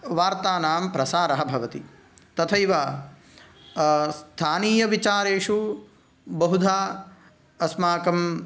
वार्तानां प्रसारः भवति तथैव स्थानीयविचारेषु बहुधा अस्माकं